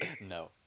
No